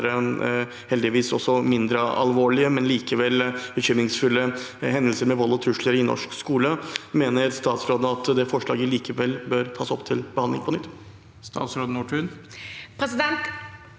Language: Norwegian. og andre mindre alvorlige, heldigvis, men likevel bekymringsfulle hendelser med vold og trusler i norsk skole, mener statsråden at det forslaget bør tas opp til behandling på nytt?